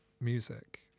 music